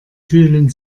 fühlen